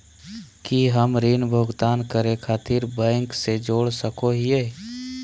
की हम ऋण भुगतान करे खातिर बैंक से जोड़ सको हियै?